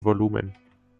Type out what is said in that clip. volumen